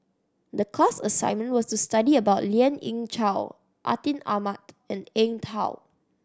the class assignment was to study about Lien Ying Chow Atin Amat and Eng Tow